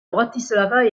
bratislava